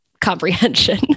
comprehension